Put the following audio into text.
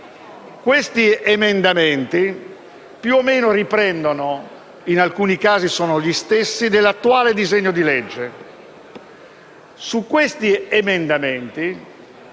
Tali emendamenti grosso modo riprendono - e in alcuni casi sono gli stessi - l'attuale disegno di legge.